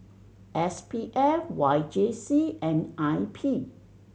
S P F Y J C and I P